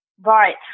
Right